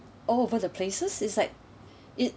all over the places it's like it